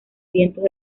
vientos